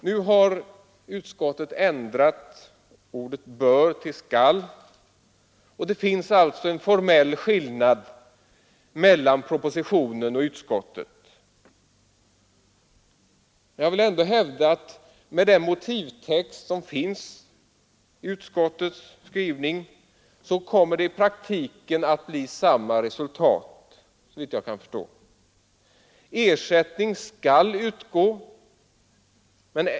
Nu har utskottet ändrat ordet ”bör” till ”skall”, och det finns alltså en formell skillnad mellan propositionen och utskottsbetänkandet. Jag vill ändå hävda att med den motivtext som finns i utskottets skrivning kommer det i praktiken att bli samma resultat. Ersättning skall utgå.